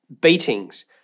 beatings